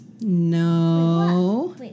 No